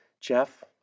Jeff